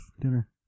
dinner